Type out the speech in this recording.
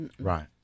Right